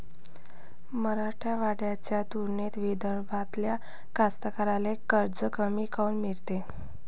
मराठवाड्याच्या तुलनेत विदर्भातल्या कास्तकाराइले कर्ज कमी काऊन मिळते?